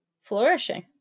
flourishing